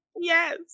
Yes